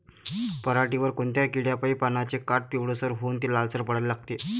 पऱ्हाटीवर कोनत्या किड्यापाई पानाचे काठं पिवळसर होऊन ते लालसर पडाले लागते?